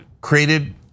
created